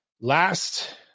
last –